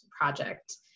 project